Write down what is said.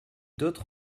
d’autres